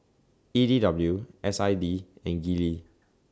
E D W S I D and Gillie